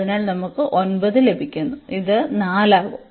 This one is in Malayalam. അതിനാൽ നമുക്ക് 9 ലഭിക്കുന്നു ഇത് 4 ആകും